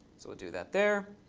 so we'll do that there.